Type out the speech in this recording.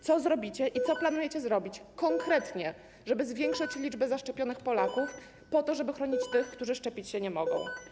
Co zrobicie i co planujecie zrobić konkretnie, żeby zwiększyć liczbę zaszczepionych Polaków, po to, żeby chronić tych, którzy szczepić się nie mogą?